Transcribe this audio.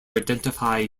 identify